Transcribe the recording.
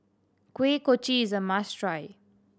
Kuih Kochi is a must try